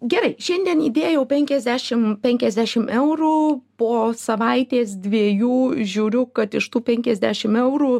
gerai šiandien įdėjau penkiasdešim penkiasdešim eurų po savaitės dviejų žiūriu kad iš tų penkiasdešim eurų